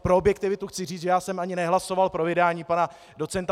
Pro objektivitu chci říct, že já jsem ani nehlasoval pro vydání pana doc.